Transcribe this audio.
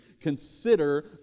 consider